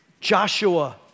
Joshua